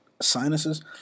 sinuses